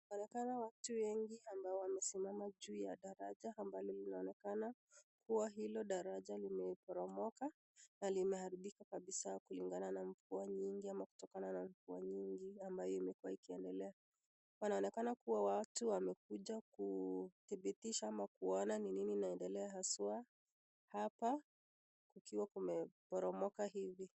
Panaonekana watu wengi ambao wamesimama juu ya daraja ambalo linaonekana kuwa hilo daraja limeporomoka na limeharibika kabisaa kulingana na mvua nyingi ama kutokana na mvua nyingi ambayo imekua ikiendeleaa wanaonekana kuwa watu wamekuja kudhibitisha ama kuona ni nini inaendelea haswa hapa ikiwa kumeporomoka hivi.